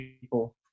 people